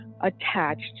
attached